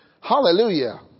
Hallelujah